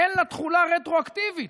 אין לה תחולה רטרואקטיבית,